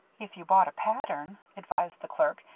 if you bought a pattern, advised the clerk,